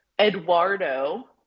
Eduardo